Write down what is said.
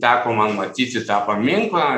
teko man matyti tą paminklą